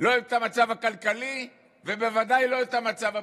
לא את המצב הכלכלי ובוודאי לא את המצב הביטחוני.